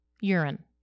urine